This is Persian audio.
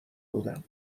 بودم